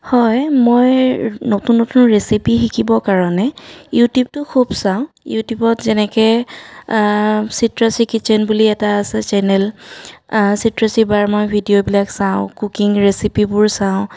হয় মই নতুন নতুন ৰেচিপি শিকিবৰ কাৰণে ইউটিউবটো খুব চাওঁ ইউটিউবত যেনেকৈ চিত্ৰাশ্ৰী কিট্ছেন বুলি এটা আছে চেনেল চিত্ৰাশ্ৰী বাৰ মই ভিডিঅ''বিলাক চাওঁ কুকিং ৰেচিপিবোৰ চাওঁ